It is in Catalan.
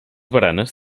baranes